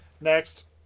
Next